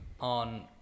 on